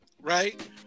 right